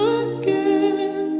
again